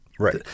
Right